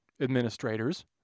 administrators